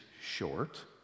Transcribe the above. short